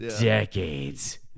Decades